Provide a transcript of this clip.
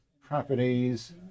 properties